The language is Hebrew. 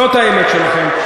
זאת האמת שלכם.